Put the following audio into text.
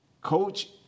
Coach